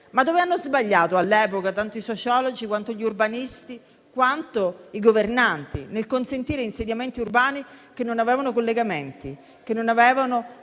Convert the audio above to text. Dove hanno sbagliato all'epoca tanto i sociologi quanto gli urbanisti quanto i governanti nel consentire insediamenti urbani che non avevano collegamenti, che non avevano